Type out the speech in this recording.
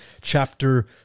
chapter